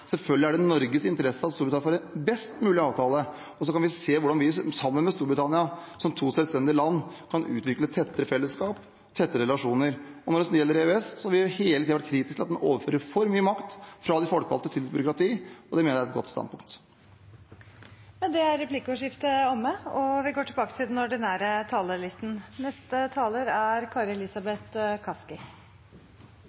Selvfølgelig er det i Norges interesse at Storbritannia får en best mulig avtale, og så kan vi se hvordan vi sammen med Storbritannia, som to selvstendige land, kan utvikle tettere fellesskap og tette relasjoner. Når det gjelder EØS, har vi hele tiden vært kritisk til at en overfører for mye makt fra de folkevalgte til et byråkrati. Det mener jeg er et godt standpunkt. Med det er replikkordskiftet omme. Der andre partier opp gjennom har snakket om en eldremilliard, en tannhelsemilliard eller en klimamilliard, har regjeringen vi